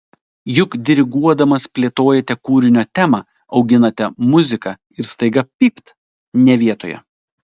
juk diriguodamas plėtojate kūrinio temą auginate muziką ir staiga pypt ne vietoje